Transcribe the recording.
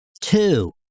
Two